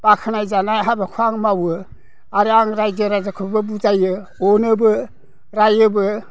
बाख्नायजानाय हाबाखौ आं मावो आरो आं रायजो राजाखौबो बुजायो अनोबो रायोबो